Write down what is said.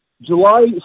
July